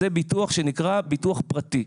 זה ביטוח שנקרא ביטוח פרטי.